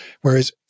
Whereas